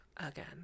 Again